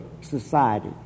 society